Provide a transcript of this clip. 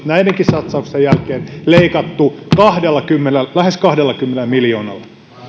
näidenkin satsausten jälkeen leikattu lähes kahdellakymmenellä miljoonalla